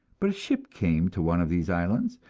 but a ship came to one of these islands,